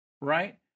right